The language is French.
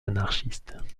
anarchistes